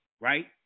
right